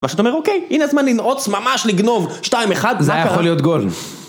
מה שאת אומר, אוקיי, הנה הזמן לנעוץ, ממש לגנוב, 2-1, מה קרה? זה היה יכול להיות גול.